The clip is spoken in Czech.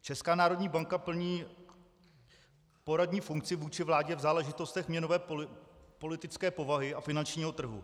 Česká národní banka plní poradní funkci vůči vládě v záležitostech měnové politické povahy a finančního trhu.